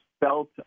felt